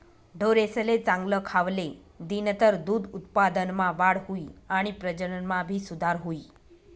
ढोरेसले चांगल खावले दिनतर दूध उत्पादनमा वाढ हुई आणि प्रजनन मा भी सुधार हुई